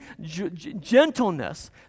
gentleness